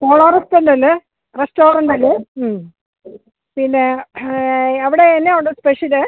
കോള റെസ്റ്റൊൻ്റല്ലെ റെസ്റ്റോറൻ്റല്ലെ പിന്നെ അവിടെ എന്നാ ഉണ്ട് സ്പെഷ്യല്